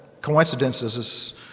coincidences